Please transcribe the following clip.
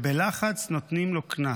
ובלחץ נותנים לו קנס.